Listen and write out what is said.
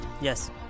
Yes